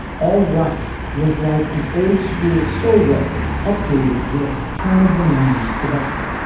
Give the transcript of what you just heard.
all right was like an old school soul record updated with turn of the ninety s production.